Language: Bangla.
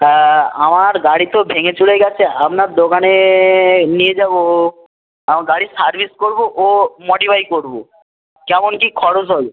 হ্যাঁ আমার গাড়ি তো ভেঙ্গে চুরে গেছে আপনার দোকানে নিয়ে যাবো আমার গাড়ির সার্ভিস করবো ও মডিফাই করবো কেমন কী খরচ হবে